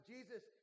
Jesus